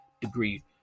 degree